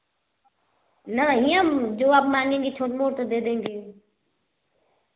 नहीं अब जो आप माँगेंगी छोट मोट दे देंगे